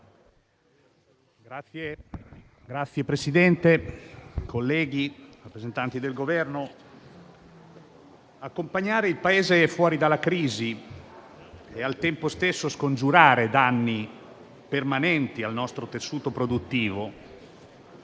Signor Presidente, colleghi, rappresentanti del Governo, accompagnare il Paese fuori dalla crisi e, al tempo stesso, scongiurare danni permanenti al nostro tessuto produttivo,